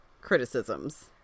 criticisms